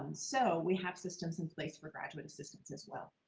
and so we have systems in place for graduate assistants as well.